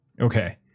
Okay